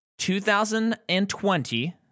2020